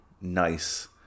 nice